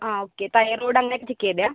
ആ okay thyroid അങ്ങനെ ഒക്കെ ചെക്ക് ചെയ്തോ